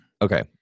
Okay